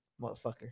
motherfucker